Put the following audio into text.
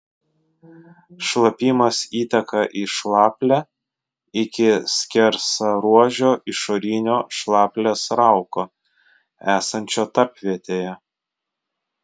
šlapimas įteka į šlaplę iki skersaruožio išorinio šlaplės rauko esančio tarpvietėje